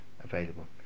available